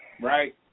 Right